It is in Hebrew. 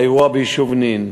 האירוע ביישוב נין,